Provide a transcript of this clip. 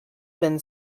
been